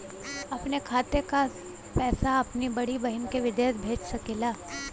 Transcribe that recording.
अपने खाते क सारा पैसा अपने बड़ी बहिन के विदेश भेज सकीला का?